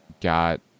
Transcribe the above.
got